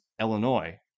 illinois